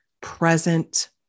present